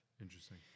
Interesting